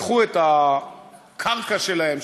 לקחו את הקרקע שלהם,